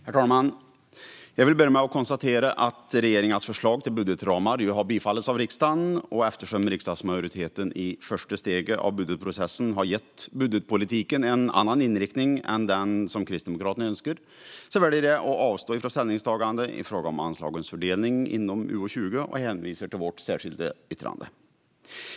Herr talman! Jag vill börja med att konstatera att regeringens förslag till budgetramar har bifallits av riksdagen. Eftersom riksdagsmajoriteten i första steget av budgetprocessen har gett budgetpolitiken en annan inriktning än den som Kristdemokraterna önskar väljer jag att avstå från ställningstagande i fråga om anslagens fördelning inom utgiftsområde 20 och i stället hänvisa till vårt särskilda yttrande.